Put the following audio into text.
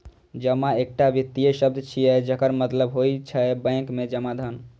जमा एकटा वित्तीय शब्द छियै, जकर मतलब होइ छै बैंक मे जमा धन